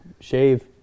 shave